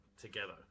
together